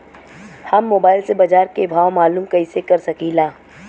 हम मोबाइल से बाजार के भाव मालूम कइसे कर सकीला?